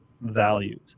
values